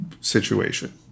situation